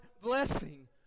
blessing